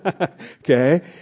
Okay